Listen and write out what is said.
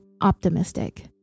optimistic